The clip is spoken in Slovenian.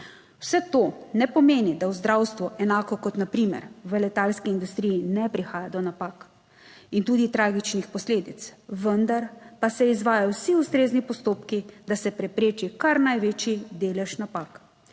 Vse to ne pomeni, da v zdravstvu, enako kot na primer v letalski industriji, ne prihaja do napak in tudi tragičnih posledic, vendar pa se izvajajo vsi ustrezni postopki, da se prepreči kar največji delež napak.